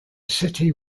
city